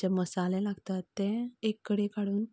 जे मसाले लागतात ते एक कडेन काडून